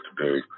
today